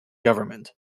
government